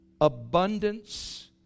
abundance